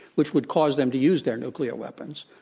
which would cause them to use their nuclear weapons.